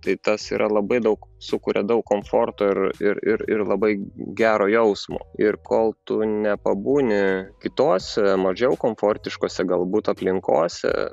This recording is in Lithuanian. tai tas yra labai daug sukuria daug komforto ir ir ir ir labai gero jausmo ir kol tu nepabūni kitose mažiau komfortiškose galbūt aplinkose